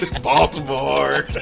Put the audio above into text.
Baltimore